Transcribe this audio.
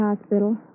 Hospital